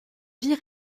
vie